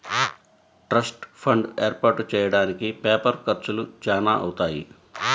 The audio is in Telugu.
ట్రస్ట్ ఫండ్ ఏర్పాటు చెయ్యడానికి పేపర్ ఖర్చులు చానా అవుతాయి